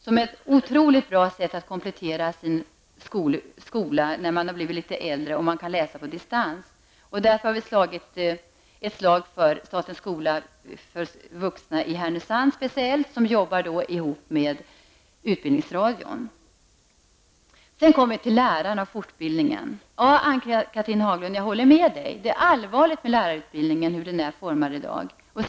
Det är ett oerhört bra sätt att komplettera sin skolutbildning när man blivit litet äldre och kan läsa på distans. Vi vill därför slå ett slag för speciellt statens skola för vuxna i Härnösand, som arbetar tillsammans med utbildningsradion. Sedan kommer jag till lärarna och fortbildningen. Jag håller med Ann-Cathrine Haglund om att läget är allvarligt när det gäller utformningen av lärarutbildningen.